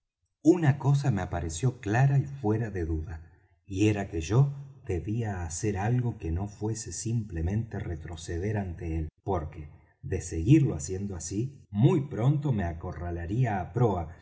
una cosa me apareció clara y fuera de duda y era que yo debía hacer algo que no fuese simplemente retroceder ante él porque de seguirlo haciendo así muy pronto me acorralaría á proa